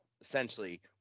essentially